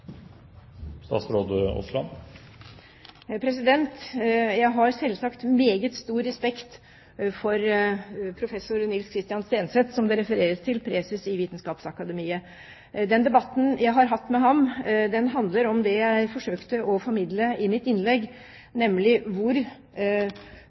Jeg har selvsagt meget stor respekt for professor Nils Christian Stenseth, preses i Vitenskapsakademiet, som det refereres til. Den debatten jeg har hatt med ham, handler om det jeg forsøkte å formidle i mitt